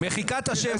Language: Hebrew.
מחיקת השם,